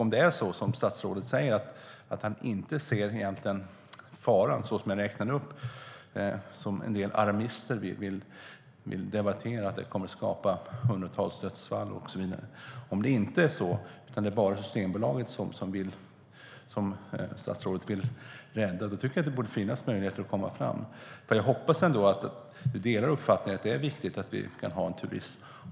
Är det så som statsrådet säger, att han egentligen inte ser de faror som jag räknade upp och som en del alarmister vill debattera - att det kommer att skapa hundratals dödsfall och så vidare? Om det inte är så, utan om det bara är Systembolaget som statsrådet vill rädda tycker jag att det borde finnas möjligheter att komma fram. Jag hoppas att vi delar uppfattningen att det är viktigt att vi kan en turism.